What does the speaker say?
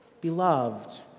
Beloved